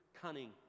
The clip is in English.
cunning